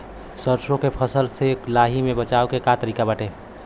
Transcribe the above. सरसो के फसल से लाही से बचाव के का तरीका बाटे?